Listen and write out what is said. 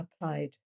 applied